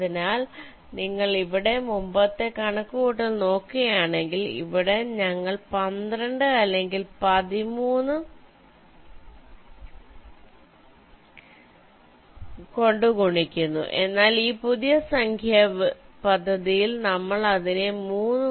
അതിനാൽ നിങ്ങൾ ഇവിടെ മുമ്പത്തെ കണക്കുകൂട്ടൽ നോക്കുകയാണെങ്കിൽ ഇവിടെ ഞങ്ങൾ 12 അല്ലെങ്കിൽ 13 അല്ലെങ്കിൽ 13 കൊണ്ട് ഗുണിക്കുന്നു എന്നാൽ ഈ പുതിയ സംഖ്യാ പദ്ധതിയിൽ നമ്മൾ അതിനെ 3